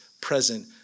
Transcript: present